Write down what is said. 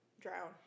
Drown